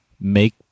make